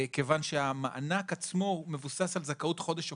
כיוון שהמענק עצמו מבוסס על זכאות חודש אוקטובר,